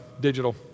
digital